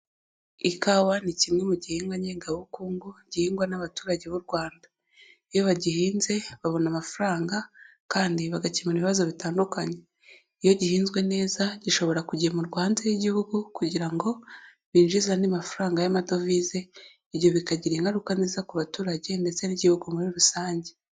Ikawa ni kimwe mu gihingwa ngengwabukungu gihingwa n'abaturage b'u Rwanda. Iyo bagihinze babona amafaranga kandi bagakemura ibibazo bitandukanye. Iyo gihinzwe neza gishobora kugemurwa hanze y'igihugu, kugira ngo binjize andi mafaranga y'amadovize, ibyo bikagira ingaruka nziza ku baturage ndetse n'igihugu muri rusange.